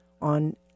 on